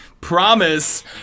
promise